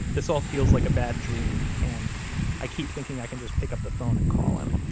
this all feels like a bad dream, and i keep thinking i can just pick up the phone and call him.